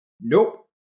Nope